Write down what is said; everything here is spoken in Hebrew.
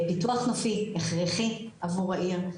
פיתוח נופי, הכרחי עבור העיר.